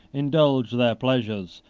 indulge their pleasures,